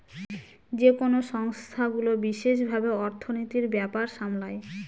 যেকোনো সংস্থাগুলো বিশেষ ভাবে অর্থনীতির ব্যাপার সামলায়